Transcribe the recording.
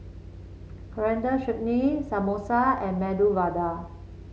Coriander Chutney Samosa and Medu Vada